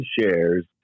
shares